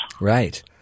Right